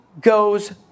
goes